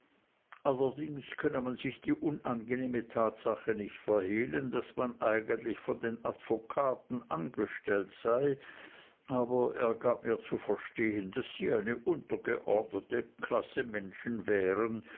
allerdings könne man sich die unangenehme tatsache nicht verhehlen daß man eigentlich von den advokaten angestellt sei aber er gab mir zu verstehen daß sie eine untergeordnete klasse menschen wären